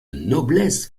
noblesse